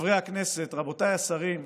חברי הכנסת, רבותיי השרים,